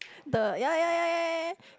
the ya ya ya ya ya ya